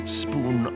spoon